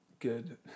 good